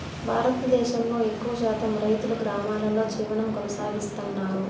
భారతదేశంలో ఎక్కువ శాతం రైతులు గ్రామాలలో జీవనం కొనసాగిస్తన్నారు